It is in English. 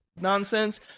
nonsense